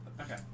Okay